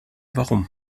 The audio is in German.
warum